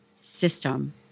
system